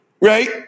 right